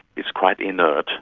it's quite inert.